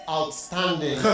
Outstanding